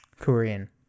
Korean